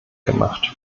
gemacht